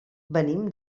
venim